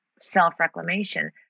self-reclamation